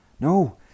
No